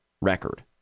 record